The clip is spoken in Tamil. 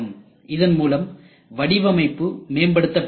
இதன்மூலம் வடிவமைப்பு மேம்படுத்தப்படுகிறது